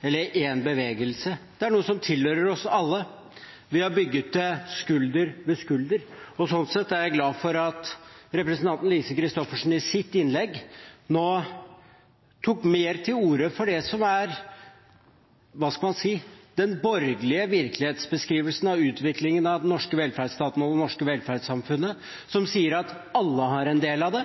eller én bevegelse, det er noe som tilhører oss alle. Vi har bygget det skulder ved skulder. Sånn sett er jeg glad for at representanten Lise Christoffersen i sitt innlegg nå tok mer til orde for det som er – skal man si – den borgerlige virkelighetsbeskrivelsen av utviklingen av den norske velferdsstaten og det norske velferdssamfunnet, som sier at alle har en del i det,